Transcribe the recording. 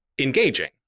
engaging